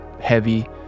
heavy